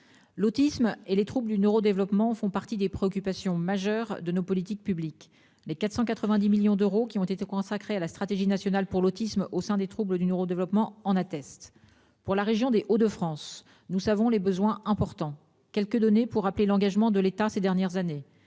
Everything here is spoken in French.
L'autisme et les troubles du neuro-développement font partie des préoccupations majeures de nos politiques publiques. Les 490 millions d'euros qui ont été consacrés à la stratégie nationale pour l'autisme au sein des troubles du neuro-développement en attestent. Pour la région des Hauts de France nous savons les besoins importants quelques données pour rappeler l'engagement de l'État ces dernières années.